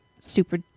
super